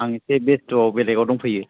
आं एसे बेस्थ'आव बेलेगाव दंफैयो